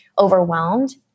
overwhelmed